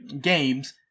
games